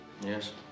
Yes